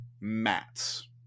mats